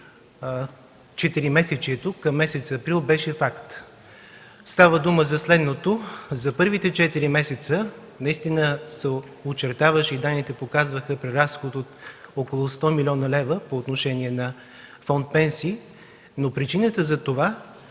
четиримесечието – към месец април. Става дума за следното: за първите четири месеца наистина се очертаваше и данните показваха преразход от около 100 млн. лв. по отношение на фонд „Пенсии”, но причината за това